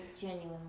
genuinely